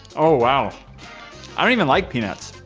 oh? wow i don't even like peanuts,